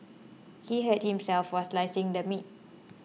he hurt himself while slicing the meat